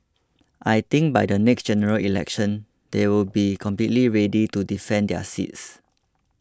I think by the next General Election they will be completely ready to defend their seats